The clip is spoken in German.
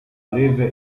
löwe